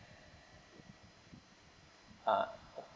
ah